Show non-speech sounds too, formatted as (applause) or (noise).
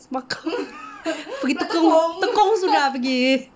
semakau (laughs) pergi tekong tekong sudah pergi